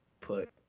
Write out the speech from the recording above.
put